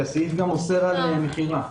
הסעיף אוסר גם על מכירה.